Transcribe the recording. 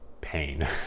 pain